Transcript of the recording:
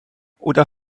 oder